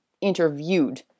interviewed